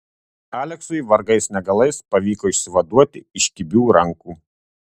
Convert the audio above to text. aleksui vargais negalais pavyko išsivaduoti iš kibių rankų